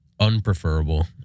unpreferable